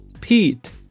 Pete